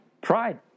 Pride